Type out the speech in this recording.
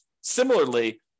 Similarly